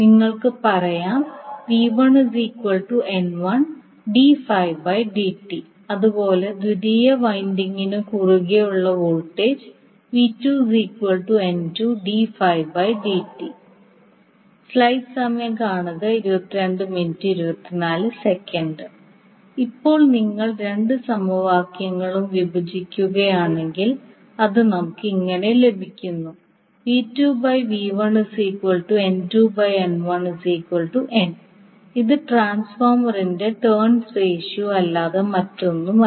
നിങ്ങൾക്ക് പറയാം അതുപോലെ ദ്വിതീയ വൈൻഡിംഗിനു കുറുകെയുള്ള വോൾട്ടേജ് ഇപ്പോൾ നിങ്ങൾ രണ്ട് സമവാക്യങ്ങളും വിഭജിക്കുകയാണെങ്കിൽ അത് നമുക്ക് ഇങ്ങനെ ലഭിക്കുന്നു അത് ട്രാൻസ്ഫോർമറിന്റെ ടേൺസ് റേഷ്യോ അല്ലാതെ മറ്റൊന്നുമല്ല